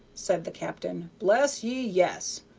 said the captain. bless ye, yes!